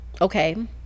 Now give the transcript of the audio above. Okay